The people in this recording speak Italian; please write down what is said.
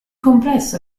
complesso